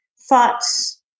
thoughts